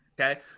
okay